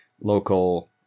local